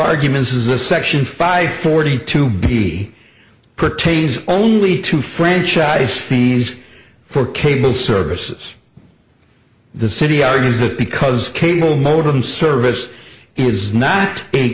arguments is a section five forty two b petain only two franchise fees for cable services the city argues that because cable modem service is not a